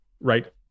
right